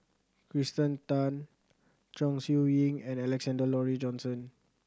Kirsten Tan Chong Siew Ying and Alexander Laurie Johnston